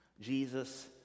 Jesus